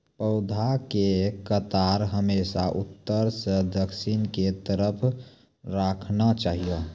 पौधा के कतार हमेशा उत्तर सं दक्षिण के तरफ राखना चाहियो